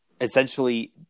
essentially